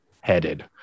headed